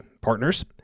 partners